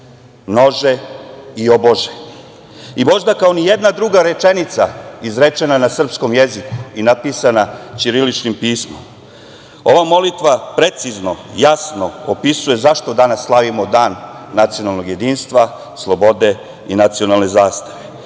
množe i obože. Možda kao nijedna druga rečenica izrečena na srpskom jeziku i napisana ćiriličnim pismom, ova molitva precizno, jasno opisuje zašto danas slavimo Dan nacionalnog jedinstva, slobode i nacionalne zastave,